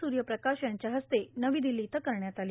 सूर्यप्रकाश यांच्या हस्ते नवी दिल्ली इथं करण्यात आली